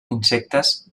insectes